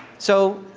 so,